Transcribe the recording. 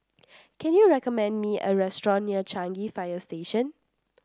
can you recommend me a restaurant near Changi Fire Station